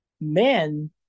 men